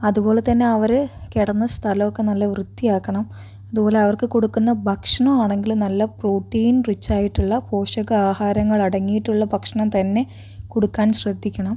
അതുപോലെ തന്നെ അവര് കിടന്ന സ്ഥലമൊക്കെ വൃത്തിയാക്കണം അതുപോലെ അവർക്ക് കൊടുക്കുന്ന ഭക്ഷണം ആണെങ്കിലും നല്ല പ്രോട്ടീൻ റിച്ച് ആയിട്ടുള്ള പോഷക ആഹാരങ്ങൾ അടങ്ങിയിട്ടുള്ള ഭക്ഷണം തന്നെ കൊടുക്കാൻ ശ്രദ്ധിക്കണം